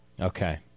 Okay